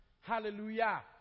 Hallelujah